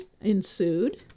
ensued